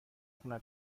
خونه